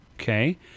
okay